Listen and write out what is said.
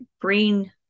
brain